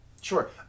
sure